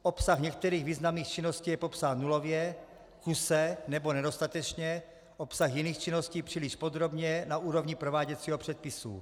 Obsah některých významných činností je popsán nulově, kuse nebo nedostatečně, obsah jiných činností příliš podrobně na úrovni prováděcího předpisu.